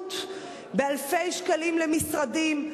ריהוט באלפי שקלים למשרדים?